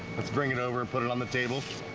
let's bring it over and put it on the table